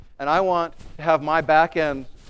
and i want to have my back-end